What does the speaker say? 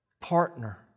partner